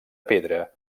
pedra